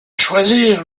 choisir